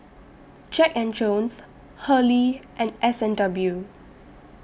Jack and Jones Hurley and S and W